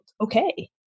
okay